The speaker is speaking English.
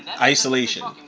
isolation